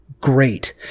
great